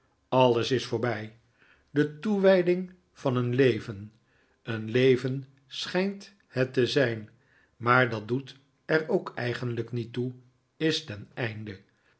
alles is voorbij de toewijding van een leven een leven schijnt het te zijh maar dat doet er ook eigenlijk hiet toe is ten einde